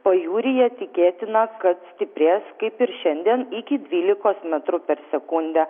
pajūryje tikėtina kad stiprės kaip ir šiandien iki dvylikos metrų per sekundę